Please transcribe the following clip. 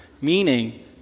Meaning